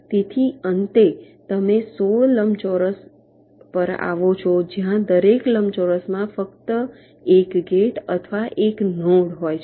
તેથી અંતે તમે 16 લંબચોરસ પર આવો છો જ્યાં દરેક લંબચોરસમાં ફક્ત 1 ગેટ અથવા 1 નોડ હોય છે